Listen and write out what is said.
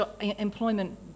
employment